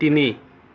তিনি